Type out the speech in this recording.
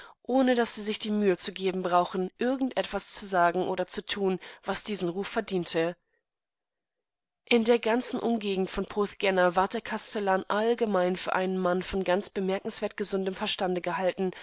ohne daß sie sich die mühe zu geben brauchen irgendetwaszusagenoderzutun wasdiesenrufverdiente in der ganzen umgegend von porthgenna ward der kastellan allgemein für einen mann von ganz bemerkenswert gesundem verstande gehalten